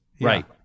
right